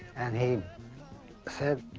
and he said,